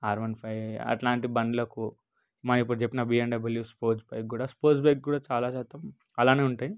are one five అట్లాంటి బండ్లకు మా ఇప్పుడు చెప్పిన బిఎండబ్ల్యూ స్పోర్ట్స్ బైక్ కూడా స్పోర్ట్స్ బైక్ కూడా చాలా శాతం అలానే ఉంటాయి